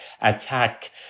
attack